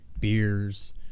beers